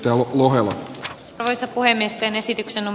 toukokuuhan noissa puhemiesten esityksen on